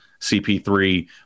CP3